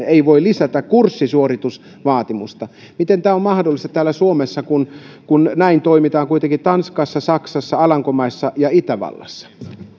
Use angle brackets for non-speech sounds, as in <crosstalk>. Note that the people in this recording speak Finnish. <unintelligible> ei voi lisätä kurssisuoritusvaatimusta miten tämä on mahdollista täällä suomessa kun kun näin toimitaan kuitenkin tanskassa saksassa alankomaissa ja itävallassa